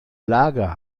lager